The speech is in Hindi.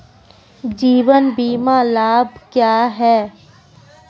जीवन बीमा लाभ क्या हैं?